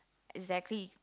exactly